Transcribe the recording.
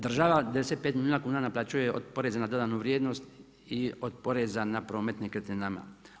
Država 95 milijuna kuna naplaćuje od poreza na dodanu vrijednost i od poreza na promet nekretninama.